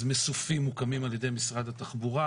אז מסופים מוקמים על ידי משרד התחבורה,